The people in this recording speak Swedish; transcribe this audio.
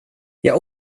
jag